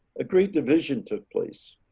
a great division took place.